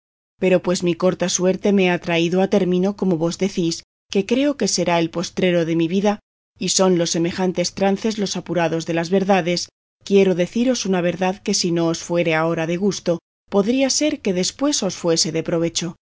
pero pues mi corta suerte me ha traído a término como vos decís que creo que será el postrero de mi vida y son los semejantes trances los apurados de las verdades quiero deciros una verdad que si no os fuere ahora de gusto podría ser que después os fuese de provecho